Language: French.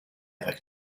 avec